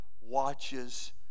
watches